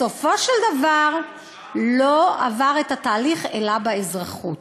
ובסופו של דבר לא עבר את התהליך אלא באזרחות.